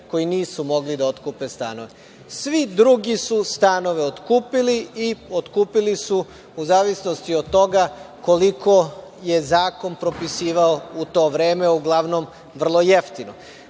koji nisu mogli da otkupe stanove. Svi drugi su stanove otkupili i otkupili su u zavisnosti od toga koliko je zakon propisivao u to vreme, uglavnom vrlo jeftino.